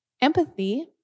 Empathy